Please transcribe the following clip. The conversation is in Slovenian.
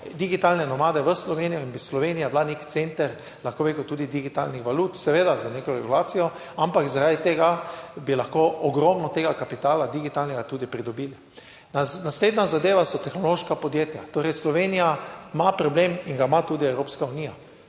digitalne nomade v Slovenijo in bi Slovenija bila nek center, lahko bi rekel tudi digitalnih valut, seveda z neko regulacijo, ampak zaradi tega bi lahko ogromno tega kapitala digitalnega tudi pridobili. Naslednja zadeva so tehnološka podjetja. Torej, Slovenija ima problem in ga ima tudi Evropska unija.